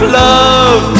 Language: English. love